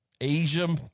Asia